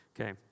okay